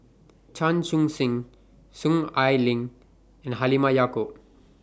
Chan Chun Sing Soon Ai Ling and Halimah Yacob